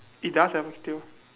it does have a tail